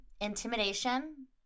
intimidation